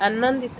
ଆନନ୍ଦିତ